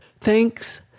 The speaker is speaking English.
Thanks